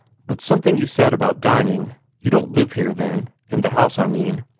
but something you said about dining you don't live here, then? in the house, i mean?